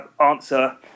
answer